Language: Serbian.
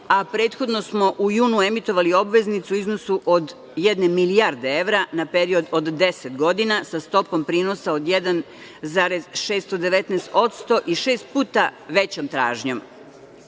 Prethodno smo u junu emitovali obveznicu u iznosu od jedne milijarde evra na period od 10 godina sa stopom prinosa od 1,619% i šest puta većom tražnjom. Vlada